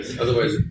Otherwise